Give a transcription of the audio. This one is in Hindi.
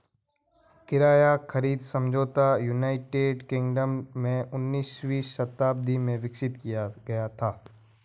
किराया खरीद समझौता यूनाइटेड किंगडम में उन्नीसवीं शताब्दी में विकसित किया गया था